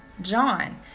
John